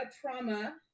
trauma